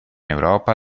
europa